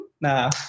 nah